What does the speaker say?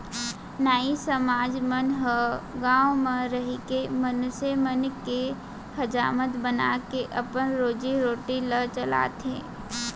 नाई समाज मन ह गाँव म रहिके मनसे मन के हजामत बनाके अपन रोजी रोटी ल चलाथे